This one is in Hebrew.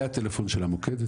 זה הטלפון של המוקד,